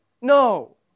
No